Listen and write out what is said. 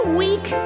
week